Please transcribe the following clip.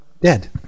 dead